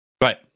right